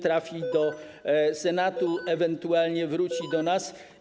Trafi do Senatu, ewentualnie wróci do nas.